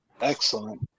Excellent